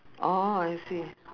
oh I see